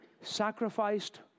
sacrificed